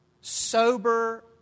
sober